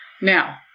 Now